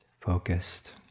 focused